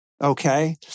Okay